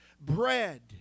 bread